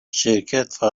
شرکتها